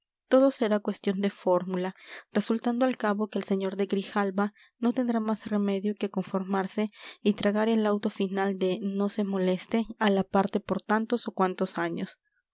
todo será cuestión de fórmula resultando al cabo que el sr de grijalva no tendrá más remedio que conformarse y tragar el auto final de no se moleste a la parte por tantos o cuantos años